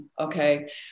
okay